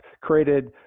created